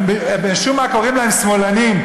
משום מה קוראים להם "שמאלנים",